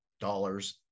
dollars